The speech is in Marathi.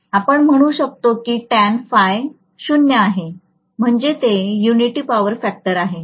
आपण म्हणू शकतो की tan phi 0 आहे म्हणजे ते युनिटी पॉवर फॅक्टर होईल